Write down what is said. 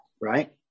right